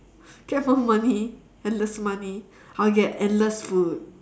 get from her money endless money I'll get endless food